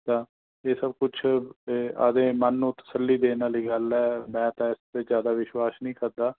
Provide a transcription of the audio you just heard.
ਤਾਂ ਇਹ ਸਭ ਕੁਛ ਆਪਦੇ ਮਨ ਨੂੰ ਤਸੱਲੀ ਦੇਣ ਵਾਲੀ ਗੱਲ ਹੈ ਮੈਂ ਤਾਂ ਇਸ 'ਤੇ ਜ਼ਿਆਦਾ ਵਿਸ਼ਵਾਸ਼ ਨਹੀਂ ਕਰਦਾ